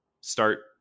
Start